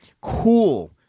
cool